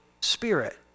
spirit